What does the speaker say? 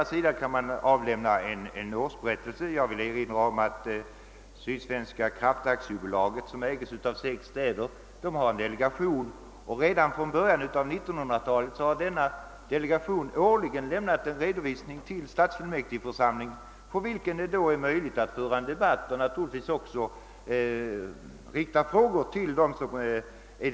Sydsvenska kraft AB, som till huvudsaklig del ägs av sex städer, har en delegation som årligen lämnat en redovisning till stadsfullmäktigeförsamlingarna, vilka sedan på grundval av den kunnat föra en debatt och då även kunnat rikta frågor till delegaterna.